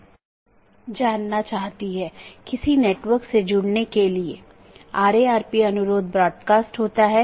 तो इस ईजीपी या बाहरी गेटवे प्रोटोकॉल के लिए लोकप्रिय प्रोटोकॉल सीमा गेटवे प्रोटोकॉल या BGP है